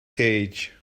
cage